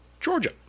Georgia